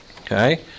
Okay